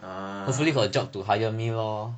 ah